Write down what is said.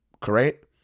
Correct